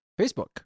Facebook